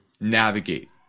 navigate